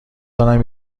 دارم